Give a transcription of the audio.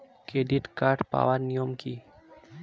Credit card পাওয়ার নিয়ম কী?